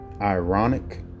ironic